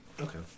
Okay